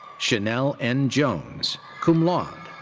chanelle n. jones, cum laude.